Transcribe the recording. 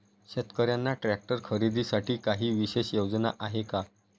शेतकऱ्यांना ट्रॅक्टर खरीदीसाठी काही विशेष योजना आहे का?